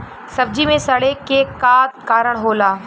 सब्जी में सड़े के का कारण होला?